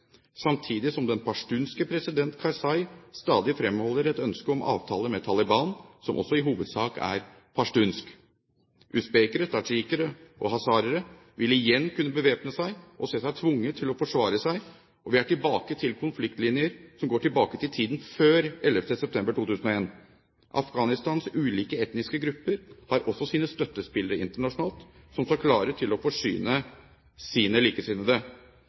samtidig som presidenten, pashtunske Karzai, stadig fremholder et ønske om en avtale med Taliban, som også i hovedsak er pashtunsk. Usbekere, tadsjikere og hazaraer vil igjen kunne bevæpne seg og se seg tvunget til å forsvare seg, og vi er tilbake til konfliktlinjer fra tiden før 11. september 2001. Afghanistans ulike etniske grupper har også sine støttespillere internasjonalt, som står klare til å forsyne sine likesinnede.